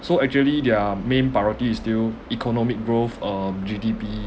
so actually their main priority is still economic growth um G_D_P